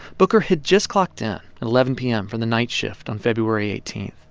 booker had just clocked in at eleven p m. for the night shift on february eighteen.